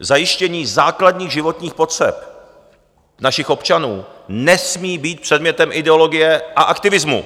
Zajištění základní životních potřeb našich občanů nesmí být předmětem ideologie a aktivismu.